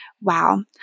wow